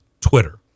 Twitter